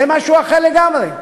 זה משהו אחר לגמרי.